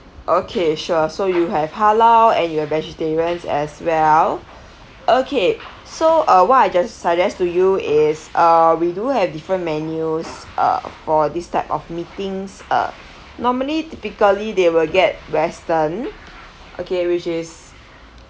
okay sure so you have halal and you're vegetarian as well okay so uh what I just suggest to you is uh we do have different menus uh for this type of meetings uh normally typically they will get western okay which is